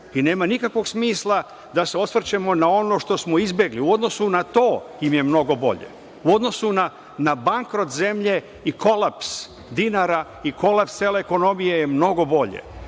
i nema nikakvog smisla da se osvrćemo na ono što smo izbegli. U odnosu na to im je mnogo bolje. U odnosu na bankrot zemlje i kolaps dinara i kolaps cele ekonomije je mnogo bolje.